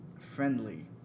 friendly